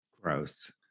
Gross